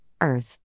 Earth